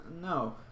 no